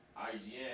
IGN